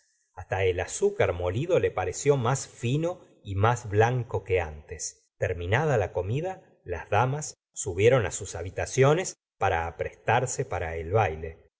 hasta el azúcar molido le pareció más fino y más blanco que antes terminada la comida las damas subieron sus habitaciones para aprestarse para el baile